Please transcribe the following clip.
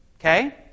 Okay